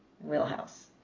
wheelhouse